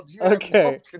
okay